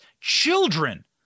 Children